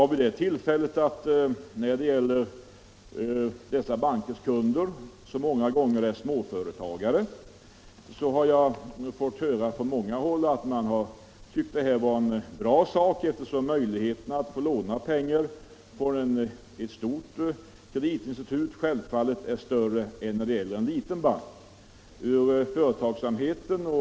Vid det tillfället sade jag att många av dessa bankers kunder var småföretagare och att jag hade fått höra från flera håll att man tyckte att fusionen var en bra sak, eftersom möjligheten att få låna pengar självfallet är större hos ett stort kreditinstitut än hos en liten bank.